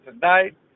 tonight